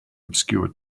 obscure